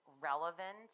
relevant